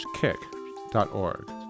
kick.org